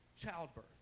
childbirth